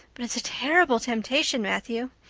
but it's a terrible temptation, matthew.